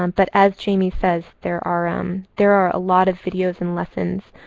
um but as jamie says, there are um there are a lot of videos and lessons.